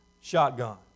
shotgun